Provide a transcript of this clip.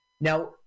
Now